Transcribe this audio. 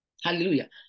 hallelujah